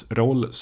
roll